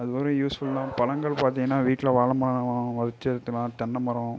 அதுகூட யூஸ்ஃபுல்தான் பழங்கள் பார்த்திங்கனா வீட்டில் வாழைமரம் வச்சுருக்கலாம் தென்னைமரம்